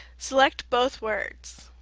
select both words.